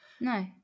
No